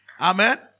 Amen